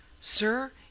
Sir